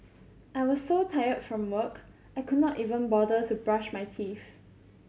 I was so tired from work I could not even bother to brush my teeth